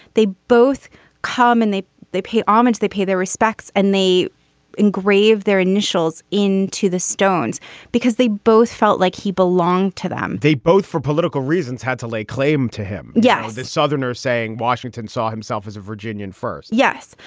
they both come and they they pay homage, they pay their respects and they engrave their initials into the stones because they both felt like he belonged to them they both, for political reasons, had to lay claim to him. yeah, as a southerners saying washington saw himself as a virginian first yes.